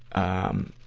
um,